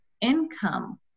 income